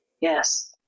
Yes